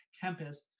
campus